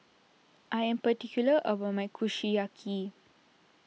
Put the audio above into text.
I am particular about my Kushiyaki